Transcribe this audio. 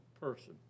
person